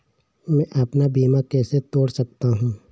मैं अपना बीमा कैसे तोड़ सकता हूँ?